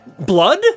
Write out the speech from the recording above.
Blood